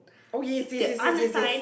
oh yes yes yes yes yes